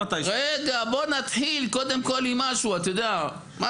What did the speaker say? בואו נתחיל קודם כל עם משהו בקטנה.